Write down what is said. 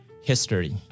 history